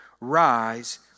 rise